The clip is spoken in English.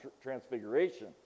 Transfiguration